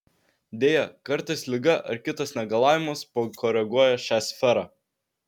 deja kartais liga ar kitas negalavimas pakoreguoja šią sferą